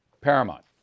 Paramount